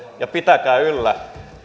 ja pitäkää yllä